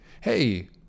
hey